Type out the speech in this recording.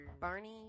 Barney